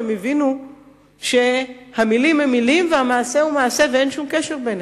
והם הבינו שהמלים הן מלים והמעשה הוא מעשה ואין שום קשר ביניהם.